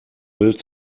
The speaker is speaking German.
bild